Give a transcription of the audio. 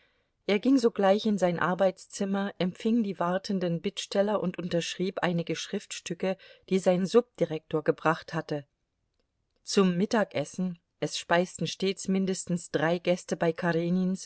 er ging sogleich in sein arbeitszimmer empfing die wartenden bittsteller und unterschrieb einige schriftstücke die sein subdirektor gebracht hatte zum mittagessen es speisten stets mindestens drei gäste bei